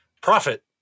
profit